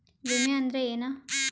ವಿಮೆ ಅಂದ್ರೆ ಏನ?